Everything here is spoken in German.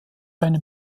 einem